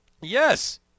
yes